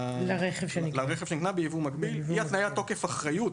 לרכב שנקנה ביבוא מקביל; אי-התניית תוקף של אחריות